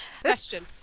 Question